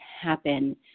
happen